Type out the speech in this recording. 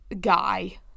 guy